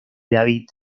david